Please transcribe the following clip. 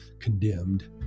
condemned